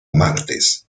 martes